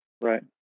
Right